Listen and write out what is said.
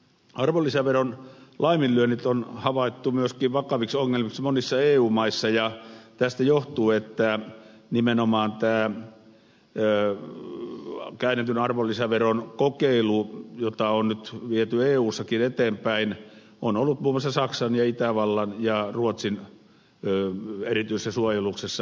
arvonlisäveron laiminlyönnit on havaittu vakaviksi ongelmiksi myöskin monissa eu maissa ja tästä johtuu että nimenomaan tämä käännetyn arvonlisäveron kokeilu jota on nyt viety eussakin eteenpäin on ollut muun muassa saksan ja itävallan ja ruotsin erityisessä suojeluksessa